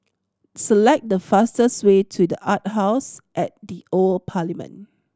select the fastest way to The Arts House at the Old Parliament